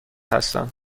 هستم